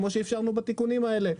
כמו שאפשרנו בתיקונים האלה.